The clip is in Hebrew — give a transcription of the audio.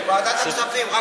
לוועדת הכספים.